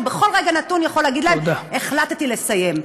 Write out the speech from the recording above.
שבכל רגע יכול להגיד להם: החלטתי לסיים.